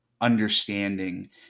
understanding